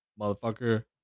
Motherfucker